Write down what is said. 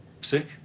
Sick